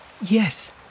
Yes